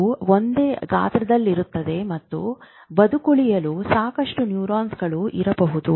ಅವು ಒಂದೇ ಗಾತ್ರದಲ್ಲಿರುತ್ತವೆ ಮತ್ತು ಬದುಕುಳಿಯಲು ಸಾಕಷ್ಟು ನ್ಯೂರಾನ್ಗಳು ಇರಬಹುದು